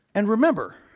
and remember,